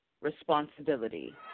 responsibility